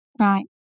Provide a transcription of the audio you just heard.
Right